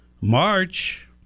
march